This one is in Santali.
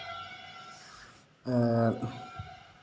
ᱟᱨ